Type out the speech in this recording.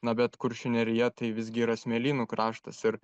na bet kuršių nerija tai visgi yra smėlynų kraštas ir